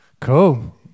cool